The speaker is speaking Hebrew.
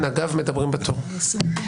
מדברים בתור.